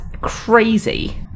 crazy